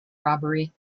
robbery